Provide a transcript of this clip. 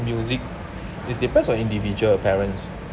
music is depends on individual parents